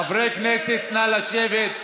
חברי הכנסת, נא לשבת.